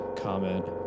comment